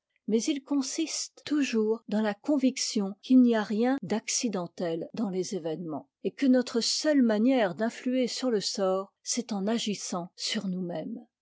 mais il consiste toujours dans la conviction qu'il n'y a rien d'accidentel dans les événements et que notre seule manière d'influer sur le sort c'est en agissant sur nous-mêmes